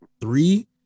three